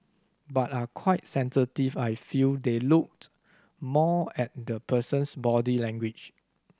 but are quite sensitive I feel they looked more at the person's body language